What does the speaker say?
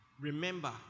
Remember